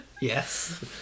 Yes